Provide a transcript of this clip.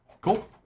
Cool